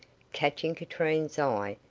catching katrine's eye,